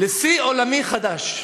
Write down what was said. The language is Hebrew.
לשיא עולמי חדש.